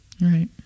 Right